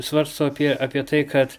svarsto apie apie tai kad